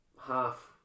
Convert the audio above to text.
half